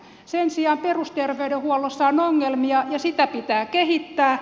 sen sijaan perusterveydenhuollossa on ongelmia ja sitä pitää kehittää